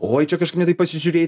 oi čia kažkaip ne taip pasižiūrėjai